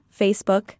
Facebook